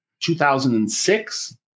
2006